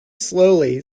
slowly